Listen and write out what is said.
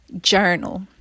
journal